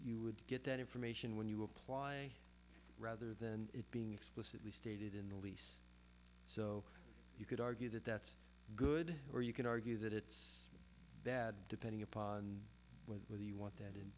you would get that information when you apply rather than it being explicitly stated in the lease so you could argue that that's good or you can argue that it's bad depending upon whether you want that